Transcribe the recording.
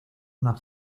una